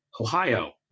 Ohio